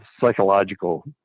psychological